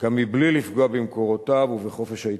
גם מבלי לפגוע במקורותיו ובחופש העיתונות.